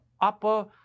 upper